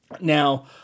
Now